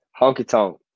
honky-tonk